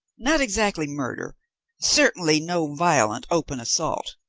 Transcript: not exactly murder certainly no violent open assault.